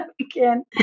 again